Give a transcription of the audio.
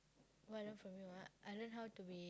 what I learn from you ah I learn how to be